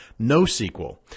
NoSQL